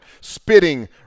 spitting